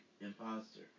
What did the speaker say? imposter